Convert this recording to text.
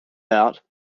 out